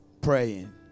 praying